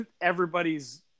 everybody's